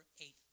eight